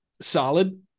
solid